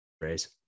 phrase